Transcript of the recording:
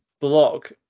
block